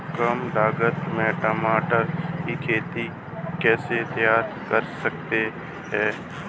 कम लागत में टमाटर की खेती कैसे तैयार कर सकते हैं?